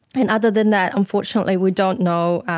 and other than that unfortunately we don't know,